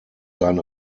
sein